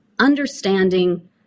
understanding